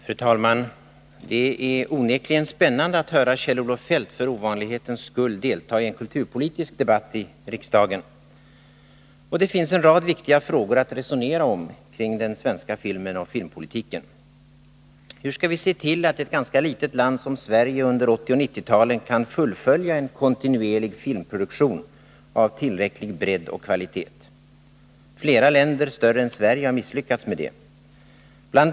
Fru talman! Det är onekligen spännande att höra Kjell-Olof Feldt för ovanlighetens skull delta i en kulturpolitisk debatt i riksdagen. Det finns en rad viktiga frågor att resonera om kring den svenska filmen och filmpolitiken. Hur skall vi se till att ett ganska litet land som Sverige kan fullfölja en kontinuerlig filmproduktion av tillräcklig bredd och kvalitet? Flera länder större än Sverige har misslyckats med det. Bl.